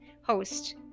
Host